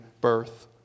birth